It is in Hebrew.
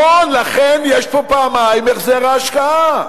נכון, לכן יש פה פעמיים החזר השקעה.